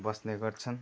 बस्ने गर्छन्